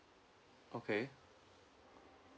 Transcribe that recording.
okay